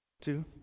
two